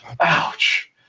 Ouch